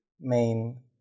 main